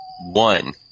One